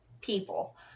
people